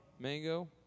Mango